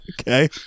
Okay